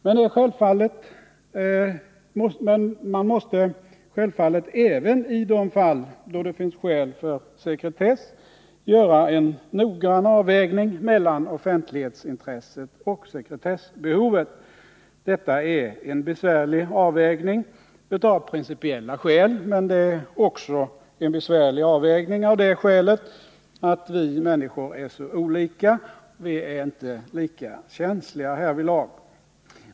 Men man måste självfallet även i de fall då det finns skäl för sekretess göra en noggrann avvägning mellan offentlighetsintresset och sekretessbehovet. Detta är en besvärlig avvägning av principiella skäl men också av det skälet att vi människor är så olika; vi är inte lika känsliga härvidlag.